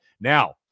Now